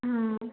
ಹ್ಞೂ